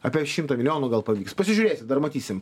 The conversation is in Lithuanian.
apie šimtą milijonų gal pavyks pasižiūrėsim dar matysim